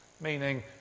meaning